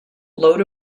load